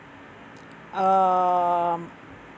um